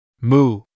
moo